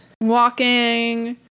walking